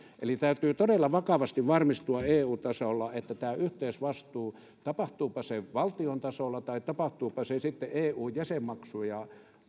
eli täytyy todella vakavasti varmistua eu tasolla tästä yhteisvastuusta tapahtuupa se valtion tasolla tai tapahtuupa se eun jäsenmaksuja